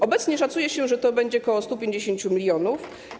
Obecnie szacuje się, że to będzie ok. 150 mln.